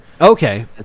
okay